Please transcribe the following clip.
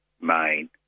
main